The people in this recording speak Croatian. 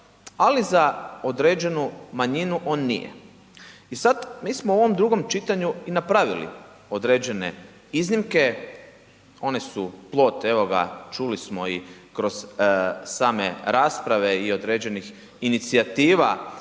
ali za određenu manjinu on nije. I sad mi smo u ovom drugom čitanju i napravili određene iznimke, on su plod evo, čuli smo i kroz same rasprave, i određenih inicijativa